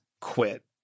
quit